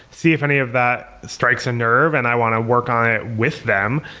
see if any of that strikes a nerve and i want to work on it with them.